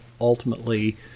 ultimately